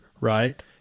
right